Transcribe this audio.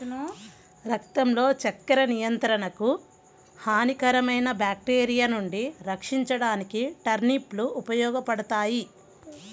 రక్తంలో చక్కెర నియంత్రణకు, హానికరమైన బ్యాక్టీరియా నుండి రక్షించడానికి టర్నిప్ లు ఉపయోగపడతాయి